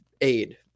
aid